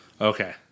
Okay